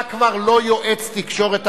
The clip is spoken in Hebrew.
אתה כבר לא יועץ תקשורת,